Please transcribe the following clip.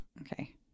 Okay